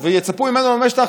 אני רוצה לדבר על תוכנית